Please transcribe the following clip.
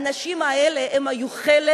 האנשים האלה היו חלק